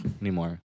anymore